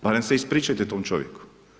Barem se ispričajte tom čovjeku.